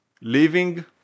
living